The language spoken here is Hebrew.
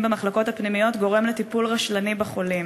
במחלקות הפנימיות גורם לטיפול רשלני בחולים.